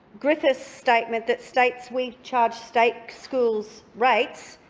griffiths' statement that states we've charged state schools rates,